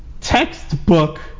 textbook